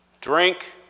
drink